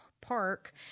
park